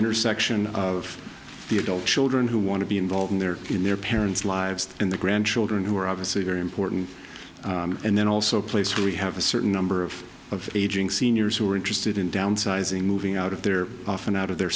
intersect of the adult children who want to be involved in their in their parents lives and the grandchildren who are obviously very important and then also place we have a certain number of of aging seniors who are interested in downsizing moving out of their off and out of their